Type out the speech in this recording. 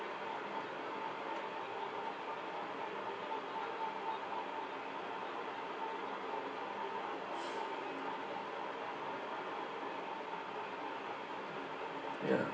yeah